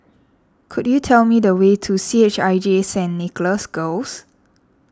could you tell me the way to C H I J Saint Nicholas Girls